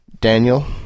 Daniel